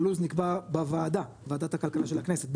הלו"ז נקבע בוועדה ועדת הכלכלה של הכנסת בחוק,